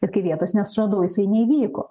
ir kai vietos nesuradau jisai neįvyko